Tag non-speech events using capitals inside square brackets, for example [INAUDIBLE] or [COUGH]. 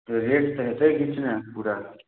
[UNINTELLIGIBLE] पूरा